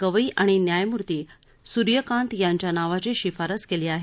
गवई आणि न्यायमूर्ती सूर्य कांत यांच्या नावाची शिफारस केली आहे